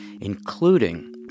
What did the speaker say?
including